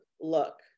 look